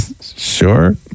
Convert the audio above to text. Sure